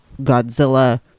Godzilla